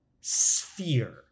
sphere